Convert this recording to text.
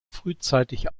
frühzeitig